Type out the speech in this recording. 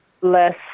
less